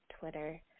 Twitter